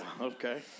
Okay